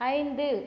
ஐந்து